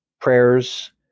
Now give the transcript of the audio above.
prayers